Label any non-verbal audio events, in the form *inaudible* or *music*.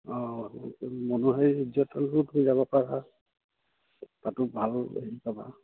*unintelligible*